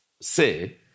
say